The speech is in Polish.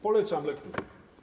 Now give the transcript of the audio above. Polecam lekturę.